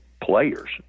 players